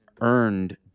earned